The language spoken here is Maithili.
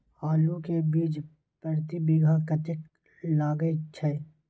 आलू के बीज प्रति बीघा कतेक लागय छै?